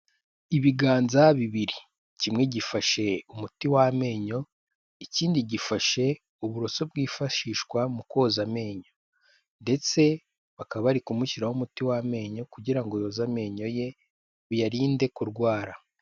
Ibiganza bibiri, kimwe gifashe umuti w'amenyo, ikindi gifashe uburoso bwifashishwa mu koza amenyo ndetse bakaba bari kumushyiriraho umuti w'amenyo kugira ngo yoze amenyo ye, biyarinde kurwara.